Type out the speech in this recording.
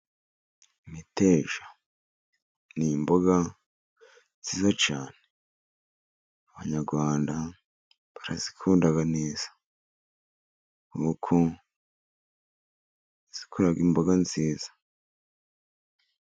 Imiteja ni imboga nziza cyane, Abanyarwanda barazikunda neza kuko zikora imboga nziza.